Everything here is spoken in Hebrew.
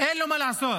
אין ל מה לעשות.